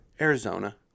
Arizona